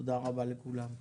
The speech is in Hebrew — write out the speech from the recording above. תודה רבה לכולם.